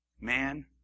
Man